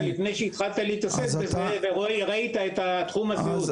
לפני שהתחלת להתעסק בזה וראית את התחום הסיעוד.